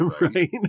Right